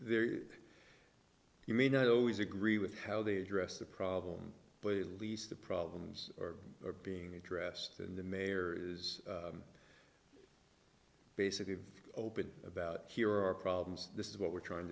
there you may not always agree with how they address the problem but at least the problems are being addressed and the mayor is basically open about here are problems this is what we're trying